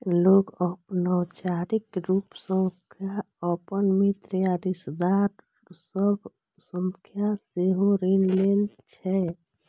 लोग अनौपचारिक रूप सं अपन मित्र या रिश्तेदार सभ सं सेहो ऋण लै छै